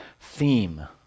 theme